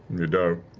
you don't.